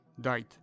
died